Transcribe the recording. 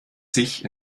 sich